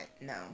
No